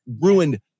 ruined